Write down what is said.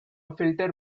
filter